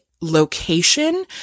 location